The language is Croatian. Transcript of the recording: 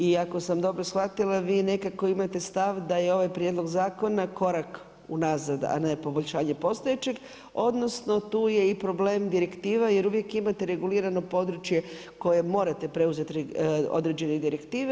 I ako sam dobro shvatila vi nekako imate stav da je ovaj prijedlog zakona korak unazad, a ne poboljšanje postojećeg, odnosno tu je i problem direktiva jer uvijek imate regulirano područje koje morate preuzeti određene direktive.